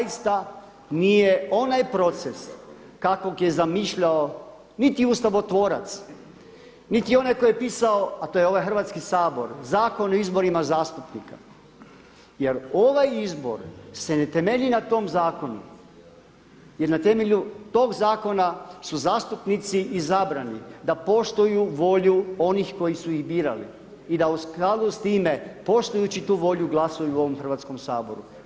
To zaista nije onaj proces kakvog je zamišljao niti ustavotvorac, niti onaj koji je pisao, a to je ovaj Hrvatski sabor, Zakon o izborima zastupnika jer ovaj izbor se ne temelji na tom zakonu jer na temelju tog zakona su zastupnici izabrani da poštuju volju onih koji su ih birali i da u skladu s time poštujući tu volju glasuju u ovom Hrvatskom saboru.